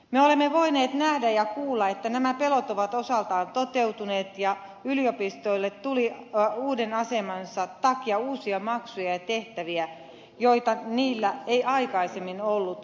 me olemme voineet nähdä ja kuulla että nämä pelot ovat osaltaan toteutuneet ja yliopistoille tuli uuden asemansa takia uusia maksuja ja tehtäviä joita niillä ei aikaisemmin ollut